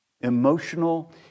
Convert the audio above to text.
emotional